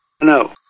No